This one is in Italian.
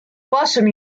possono